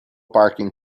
parking